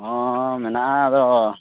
ᱦᱮᱸ ᱢᱮᱱᱟᱜᱼᱟ ᱟᱫᱚ